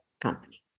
company